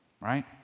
right